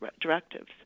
directives